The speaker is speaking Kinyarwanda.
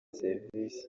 serivise